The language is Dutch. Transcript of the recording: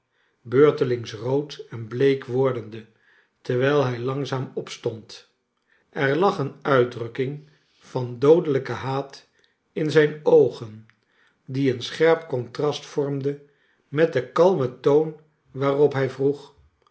beurtelings rood en bleek wordende terwijl hij langzaam opstond er lag een uitdrukking van doodelijken haat in zijn oogen die een scherp contrast vormde met den kalmen toon waarop hij vroeg